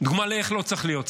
דוגמה איך לא צריך להיות שר.